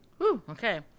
Okay